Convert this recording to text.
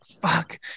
fuck